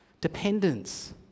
Dependence